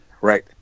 Right